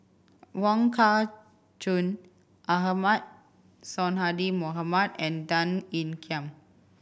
Wong Kah Chun Ahmad Sonhadji Mohamad and Tan Ean Kiam